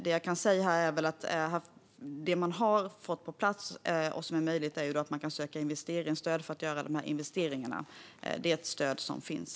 Det jag kan säga här är väl att det är möjligt att söka investeringsstöd för att göra de här investeringarna. Det är ett stöd som finns.